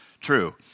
true